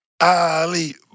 Ali